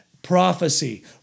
Prophecy